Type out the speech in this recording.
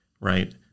right